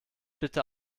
bitte